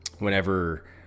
Whenever